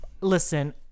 Listen